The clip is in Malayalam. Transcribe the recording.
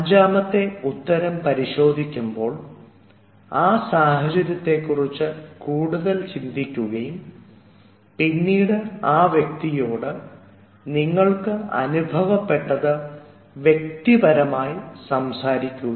അഞ്ചാമത്തെ ഉത്തരം പരിശോധിക്കുമ്പോൾ ആ സാഹചര്യത്തെ കുറിച്ച് കൂടുതൽ ചിന്തിക്കുകയും പിന്നീട് ആ വ്യക്തിയോട് നിങ്ങൾക്ക് അനുഭവപ്പെട്ടത് വ്യക്തിപരമായി സംസാരിക്കുക